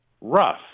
rough